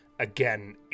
again